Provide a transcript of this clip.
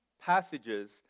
passages